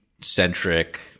centric